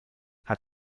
hat